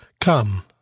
Come